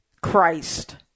Christ